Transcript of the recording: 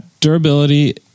durability